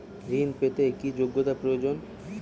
ঋণ পেতে কি যোগ্যতা প্রয়োজন?